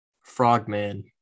Frogman